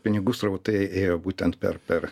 pinigų srautai ėjo būtent per per